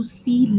see